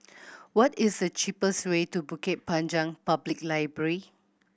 what is the cheapest way to Bukit Panjang Public Library